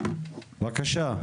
בבקשה.